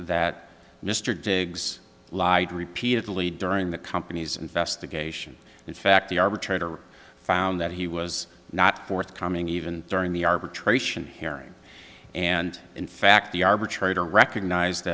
that mr diggs lied repeatedly during the company's investigation in fact the arbitrator found that he was not forthcoming even during the arbitration hearing and in fact the arbitrator recognized